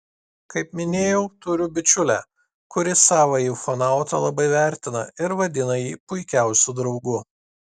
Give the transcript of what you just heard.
kaip minėjau turiu bičiulę kuri savąjį ufonautą labai vertina ir vadina jį puikiausiu draugu